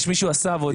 מישהו עשה עבודה?